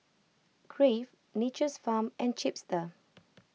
Crave Nature's Farm and Chipster